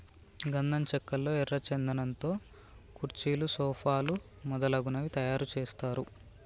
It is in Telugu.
గంధం చెక్కల్లో ఎర్ర చందనం తో కుర్చీలు సోఫాలు మొదలగునవి తయారు చేస్తారు